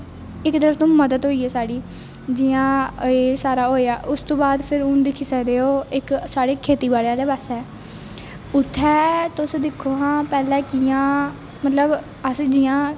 इक तरह तू मदद होई ऐ साढ़ी जियां एह् सारा होया उस तू बाद फिर हून दिक्खी सकदे हो इक साढ़े खेती बाॅड़ी आहले पास्से उत्थै तुस दिक्खो हां पैहलें कियां मतलब अस जियां